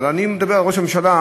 אבל אני מדבר על ראש הממשלה.